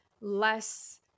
less